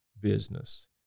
business